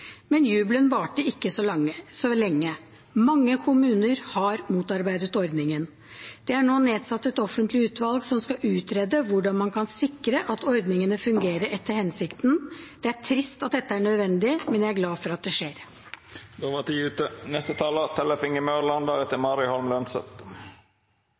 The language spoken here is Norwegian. Men jubelen varte ikke så lenge. Mange kommuner har motarbeidet ordningen. Det er nå nedsatt et offentlig utvalg som skal utrede hvordan man kan sikre at ordningene fungerer etter hensikten. Det er trist at dette er nødvendig, men jeg er glad for at det